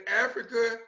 Africa